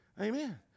Amen